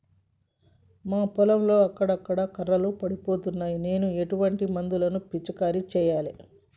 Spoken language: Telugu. మా పొలంలో అక్కడక్కడ కర్రలు ఎండిపోతున్నాయి నేను ఎటువంటి మందులను పిచికారీ చెయ్యాలే?